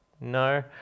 No